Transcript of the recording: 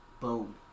Boom